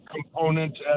component